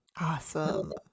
awesome